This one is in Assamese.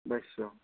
বাইছশ